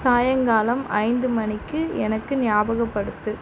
சாயங்காலம் ஐந்து மணிக்கு எனக்கு ஞாபகப்படுத்து